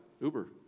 Uber